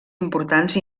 importants